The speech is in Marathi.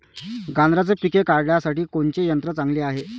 गांजराचं पिके काढासाठी कोनचे यंत्र चांगले हाय?